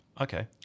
Okay